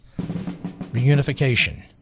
reunification